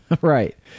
Right